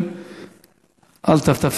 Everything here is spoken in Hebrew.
אתה דיברת נגד מדינת ישראל.